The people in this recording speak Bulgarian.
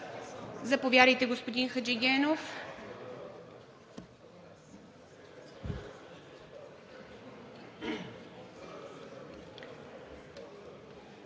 Заповядайте, господин Хаджигенов.